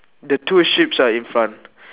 the two sheeps are in front